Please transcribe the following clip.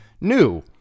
new